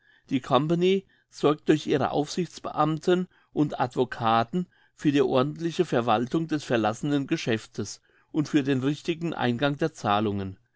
die company sorgt durch ihre aufsichtsbeamten und advocaten für die ordentliche verwaltung des verlassenen geschäftes und für den richtigen eingang der zahlungen